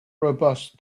robust